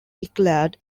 declared